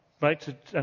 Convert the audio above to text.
right